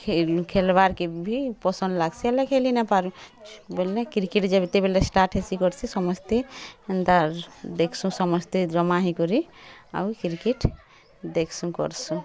ଖେଳ୍ ଖେଲ୍ବାର କେଭି ପସନ୍ଦ ଲାଗ୍ସି ହେଲେ ଖେଳି ନ ପାରୁ ବୋଲେ କ୍ରିକେଟ୍ ଯେତେବେଳେ ଷ୍ଟାର୍ଟ ହେଇଛି ଭଲ୍ସେ ସମସ୍ତେ ଏନ୍ତା ଦେଖ୍ସୁଁ ସମସ୍ତେ ଜମା ହୋଇ କରି ଆଉ କ୍ରିକେଟ୍ ଦେଖ୍ସୁଁ କର୍ସୁଁ